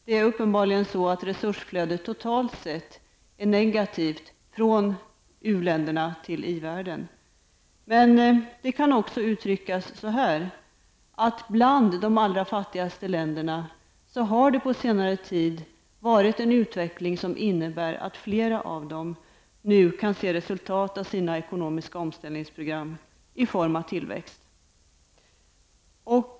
Det är uppenbarligen så att resursflödet från u-länderna till i-världen totalt sett är negativt. Men det kan också uttryckas så här. Bland de allra fattigaste länderna har det på senare tid varit en utveckling som innebär att fler av dem nu kan se resultat av sina ekonomiska omställningsprogram i form av tillväxt.